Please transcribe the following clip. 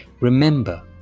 Remember